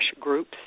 groups